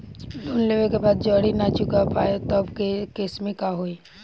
Loan लेवे के बाद जड़ी ना चुका पाएं तब के केसमे का होई?